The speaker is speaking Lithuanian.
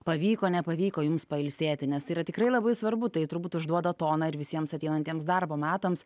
pavyko nepavyko jums pailsėti nes tai yra tikrai labai svarbu tai turbūt užduoda toną ir visiems ateinantiems darbo metams